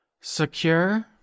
Secure